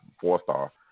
four-star